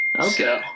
Okay